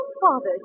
father